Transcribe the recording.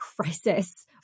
crisis